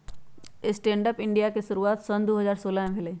stand up India के शुरुआत सन दू हज़ार सोलह में भेलइ